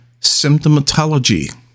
symptomatology